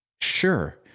Sure